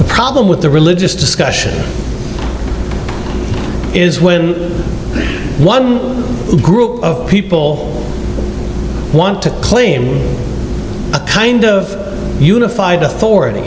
the problem with the religious discussion is when one group of people want to claim a kind of unified authority